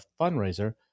fundraiser